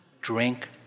Drink